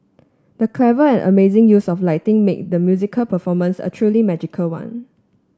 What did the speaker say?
the clever and amazing use of lighting made the musical performance a truly magical one